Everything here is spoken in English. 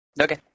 Okay